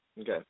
Okay